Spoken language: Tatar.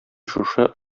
шушы